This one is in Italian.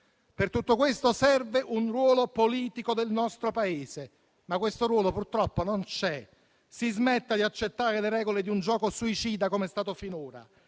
Per tutto questo serve un ruolo politico del nostro Paese, ma questo ruolo purtroppo non c'è. Si smetta di accettare le regole di un gioco suicida, come è stato finora;